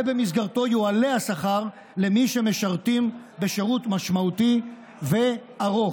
ובמסגרתו יועלה השכר למי שמשרתים בשירות משמעותי וארוך.